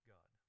God